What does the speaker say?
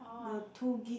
the two gig